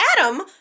Adam